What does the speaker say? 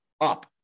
up